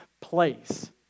place